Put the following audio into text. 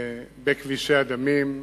בכבישי הדמים.